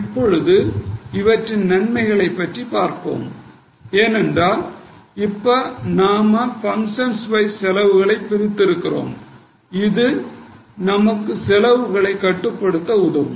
இப்போது இவற்றின் நன்மைகளைப் பற்றி பார்ப்போம் எனவே இப்ப நாம பங்க்ஷன் வைஸ் செலவுகளை பிரித்து இருக்கிறோம் இது நம் செலவுகளை கட்டுப்படுத்த உதவும்